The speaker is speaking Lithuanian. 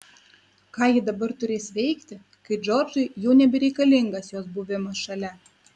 ką ji dabar turės veikti kai džordžui jau nebereikalingas jos buvimas šalia